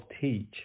teach